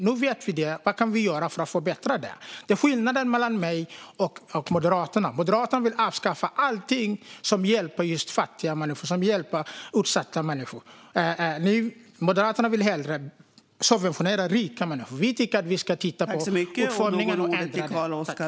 Nu vet vi det, och då är frågan vad vi kan göra för att förbättra detta. Skillnaden mellan mig och Moderaterna är att Moderaterna vill avskaffa allt som hjälper fattiga och utsatta människor. Moderaterna vill hellre subventionera rika människors liv. Vi tycker att vi ska titta på utformningen och ändra den.